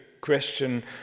question